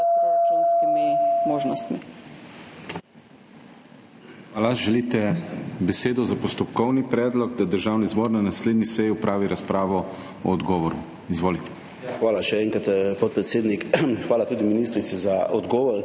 Hvala še enkrat podpredsednik. Hvala tudi ministrici za odgovor.